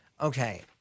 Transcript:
Okay